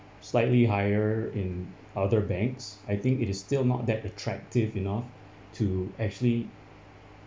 slightly higher in other banks I think it is still not that attractive enough to actually